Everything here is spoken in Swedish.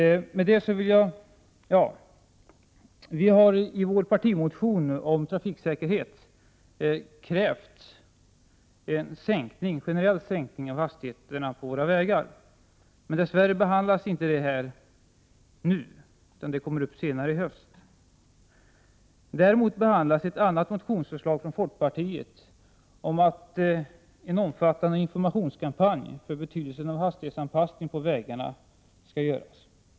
Vi har i vår partimotion om trafiksäkerhet krävt en generell sänkning av hastigheterna på vägarna, men dess värre behandlas inte det kravet nu utan kommer upp i höst. Däremot behandlas ett motionsförslag från folkpartiet om att en omfattande informationskampanj om betydelsen av hastighetsanpassning på vägarna skall göras.